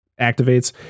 activates